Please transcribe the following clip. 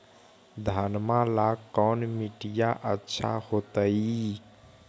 घनमा ला कौन मिट्टियां अच्छा होतई?